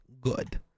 good